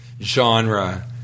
genre